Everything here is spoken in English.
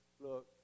look